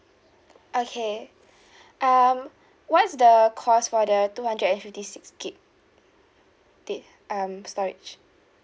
okay um what's the cost for the two hundred and fifty six gig date um storage